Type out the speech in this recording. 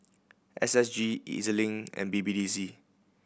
S S G E Z Link and B B D C